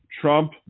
Trump